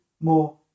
more